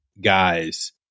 guys